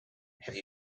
have